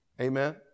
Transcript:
Amen